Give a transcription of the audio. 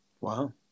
Wow